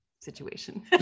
situation